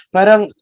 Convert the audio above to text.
Parang